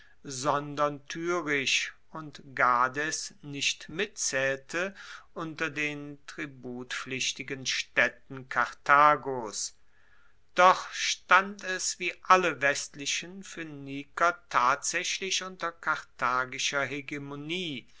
sondern tyrisch und gades nicht mitzaehlte unter den tributpflichtigen staedten karthagos doch stand es wie alle westlichen phoeniker tatsaechlich unter karthagischer hegemonie